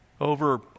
over